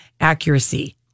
accuracy